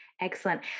Excellent